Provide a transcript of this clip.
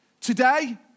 Today